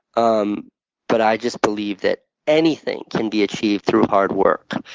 um but i just believe that anything can be achieved through hard work.